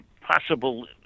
possible